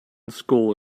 school